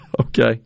Okay